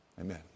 Amen